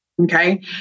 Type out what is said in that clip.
Okay